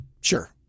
Sure